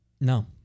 No